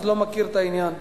לא מכיר את העניין.